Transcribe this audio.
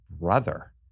brother